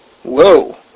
Whoa